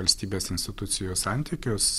valstybės institucijų santykius